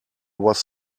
was